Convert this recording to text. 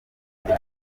njye